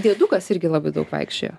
diedukas irgi labai daug vaikščiojo